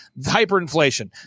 hyperinflation